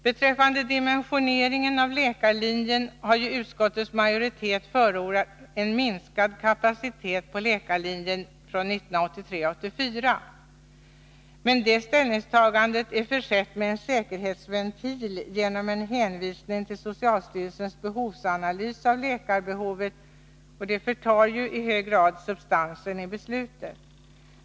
Beträffande dimensioneringen av läkarlinjen har ju utskottets majoritet förordat en minskad kapacitet på läkarlinjen från 1983/84. Detta ställningstagande är dock försett med en säkerhetsventil genom en hänvisning till socialstyrelsens analys av läkarbehovet, som ju förtar substansen i beslutet.